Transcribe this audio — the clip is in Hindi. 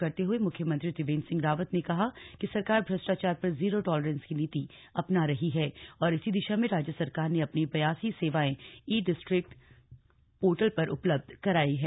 बजट पेश करते हुए मुख्यमंत्री त्रिवेन्द्र सिंह रावत ने कहा कि सरकार भ्रष्टाचार पर जीरो टालरेंस की नीति अपना रही है और इसी दिशा में राज्य सरकार ने अपनी बयासी सेवाएं ई डिस्ट्रिकट पोर्टल पर उपलब्ध करवाई हैं